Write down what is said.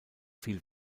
viel